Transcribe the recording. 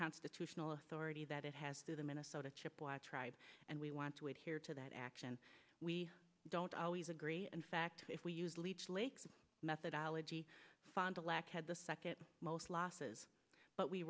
constitutional authority that it has through the minnesota chippewas tribe and we want to adhere to that action we don't always agree in fact if we use leech lake the methodology fond du lac had the second most losses but we